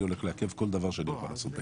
אני הולך לעכב כל דבר שאוכל לעשות בעניין.